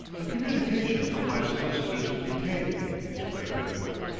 a communication from my solicitors detained me, explained brentwick.